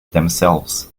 themselves